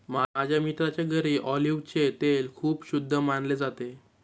माझ्या मित्राच्या घरी ऑलिव्हचे तेल खूप शुद्ध मानले जाते